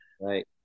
right